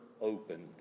opened